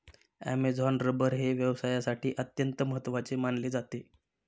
Amazon rubber हे व्यवसायासाठी अत्यंत महत्त्वाचे मानले जाते